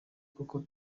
kuko